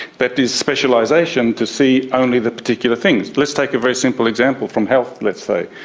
but this specialisation to see only the particular things. let's take a very simple example from health, let's say.